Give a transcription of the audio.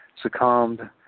succumbed